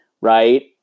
right